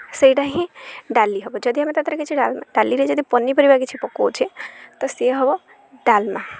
ସେଇଟା ହିଁ ଡାଲି ହେବ ଯଦି ଆମେ ତା'ଦେହରେ କିଛି ଡାଲିରେ ଯଦି ପନିପରିବା କିଛି ପକାଉଛେ ତ ସିଏ ହେବ ଡାଲମା